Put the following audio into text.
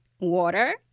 Water